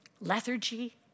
Lethargy